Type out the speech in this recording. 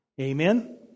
Amen